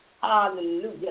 Hallelujah